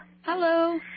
Hello